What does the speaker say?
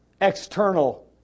external